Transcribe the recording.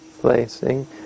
placing